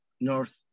north